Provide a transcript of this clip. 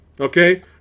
Okay